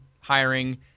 hiring